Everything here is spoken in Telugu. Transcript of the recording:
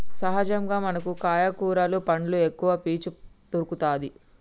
సహజంగా మనకు కాయ కూరలు పండ్లు ఎక్కవ పీచు దొరుకతది